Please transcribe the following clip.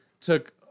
took